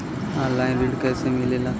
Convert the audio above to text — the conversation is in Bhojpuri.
ऑनलाइन ऋण कैसे मिले ला?